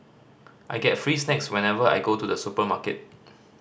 I get free snacks whenever I go to the supermarket